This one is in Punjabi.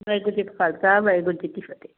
ਵਾਹਿਗੁਰੂ ਜੀ ਕਾ ਖਾਲਸਾ ਵਾਹਿਗੁਰੂ ਜੀ ਕੀ ਫਤਿਹ